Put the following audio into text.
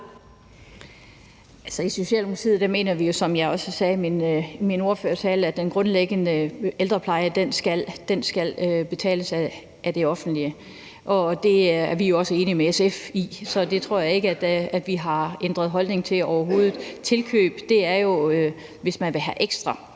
i min ordførertale, at den grundlæggende ældrepleje skal betales af det offentlige, og det er vi jo også enige med SF i. Så det tror jeg ikke at vi har ændret holdning til overhovedet. Tilkøb er jo tit og ofte, hvis man vil have ekstra.